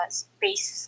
space